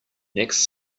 next